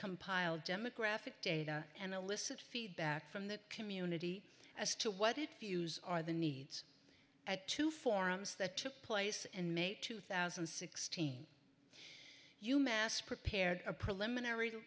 compiled demographic data and elicit feedback from the community as to what it fuse are the needs at two forums that took place and may two thousand and sixteen u mass prepared a preliminary